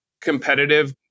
competitive